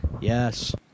Yes